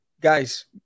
Guys